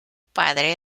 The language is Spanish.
padre